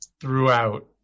throughout